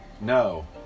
No